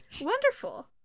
Wonderful